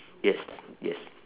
yes yes